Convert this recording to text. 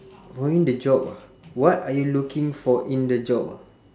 finding the job ah what are you looking for in the job ah